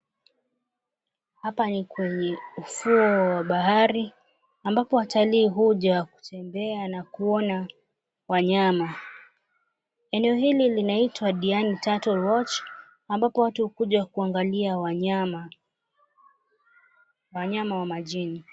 Hapa ni kwenye ufuo wa bahari ambapo watalii huja kutembea na kuwaona wanyama. Eneo hili linaitwa Diani Turtle Watch ambapo watu huja kuangalia wanyama wa majini.